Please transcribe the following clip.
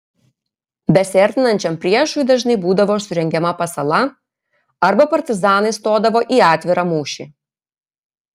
besiartinančiam priešui dažnai būdavo surengiama pasala arba partizanai stodavo į atvirą mūšį